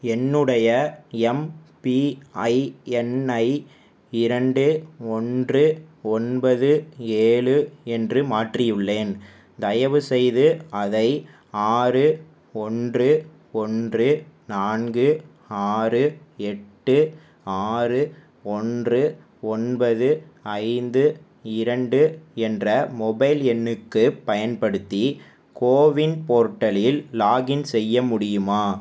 என்னுடைய எம்பிஐஎன்ஐ இரண்டு ஒன்று ஒன்பது ஏழு என்று மாற்றியுள்ளேன் தயவுசெய்து அதை ஆறு ஒன்று ஒன்று நான்கு ஆறு எட்டு ஆறு ஒன்று ஒன்பது ஐந்து இரண்டு என்ற மொபைல் எண்ணுக்குப் பயன்படுத்தி கோவின் போர்ட்டலில் லாக்இன் செய்ய முடியுமா